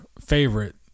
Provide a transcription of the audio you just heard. favorite